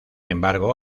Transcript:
embargo